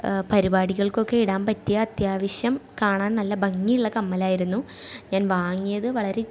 പരിപാടികൾക്ക് ഒക്കെ ഇടാൻ പറ്റിയ അത്യാവശ്യം കാണാൻ നല്ല ഭംഗിയുള്ള കമ്മലായിരുന്നു ഞാൻ വാങ്ങിയത് വളരെ